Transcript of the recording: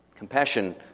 Compassion